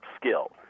skill